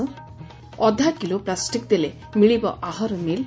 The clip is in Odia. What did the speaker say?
ଅଧାକିଲୋ ପ୍ରାଷ୍ଟିକ ଦେଲେ ମିଳିବ ଆହାର ମିଲ୍